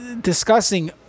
discussing